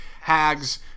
Hags